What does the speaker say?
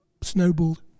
snowballed